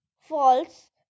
False